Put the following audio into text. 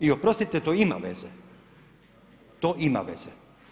I oprostite to ima veze, to ima veze.